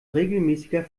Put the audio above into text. regelmäßiger